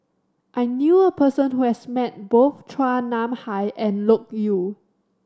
I knew a person who has met both Chua Nam Hai and Loke Yew